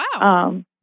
Wow